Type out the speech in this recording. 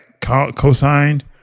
co-signed